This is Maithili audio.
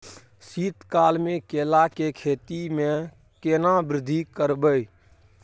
शीत काल मे केला के खेती में केना वृद्धि करबै?